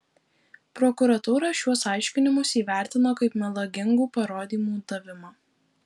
prokuratūra šiuos aiškinimus įvertino kaip melagingų parodymų davimą